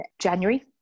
January